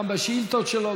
גם בשאילתות שלו,